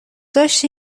داشتی